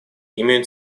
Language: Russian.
имеют